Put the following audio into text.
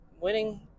winning